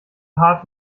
hart